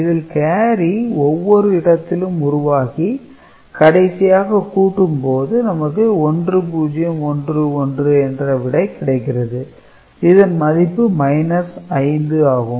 இதில் கேரி ஒவ்வொரு இடத்திலும் உருவாகி கடைசியாக கூட்டும் போது நமக்கு 1011 என்ற விடை கிடைக்கிறது இதன் மதிப்பு 5 ஆகும்